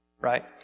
Right